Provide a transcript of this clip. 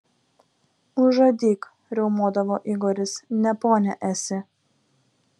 užadyk riaumodavo igoris ne ponia esi